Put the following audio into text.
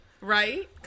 Right